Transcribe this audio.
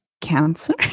cancer